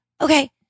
okay